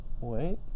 Wait